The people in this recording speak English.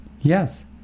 Yes